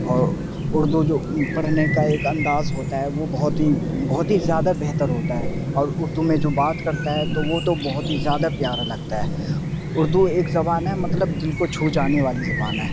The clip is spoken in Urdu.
اور اردو جو پڑھنے کا ایک انداز ہوتا ہے وہ بہت ہی بہت ہی زیادہ بہتر ہوتا ہے اور اردو میں جو بات کرتا ہے تو وہ تو بہت ہی زیادہ پیارا لگتا ہے اردو ایک زبان ہے مطلب دل کو چھو جانے والی زبان ہے